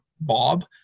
Bob